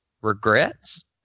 regrets